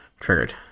triggered